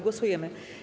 Głosujemy.